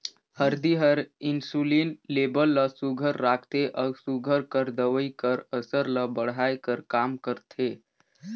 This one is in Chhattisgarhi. हरदी हर इंसुलिन लेबल ल सुग्घर राखथे अउ सूगर कर दवई कर असर ल बढ़ाए कर काम करथे